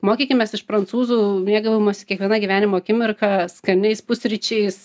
mokykimės iš prancūzų mėgavimosi kiekviena gyvenimo akimirka skaniais pusryčiais